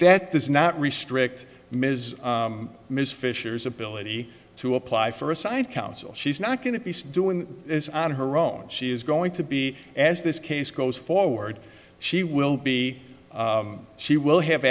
that does not restrict ms ms fisher's ability to apply for a sign of counsel she's not going to be doing is on her own she is going to be as this case goes forward she will be she will have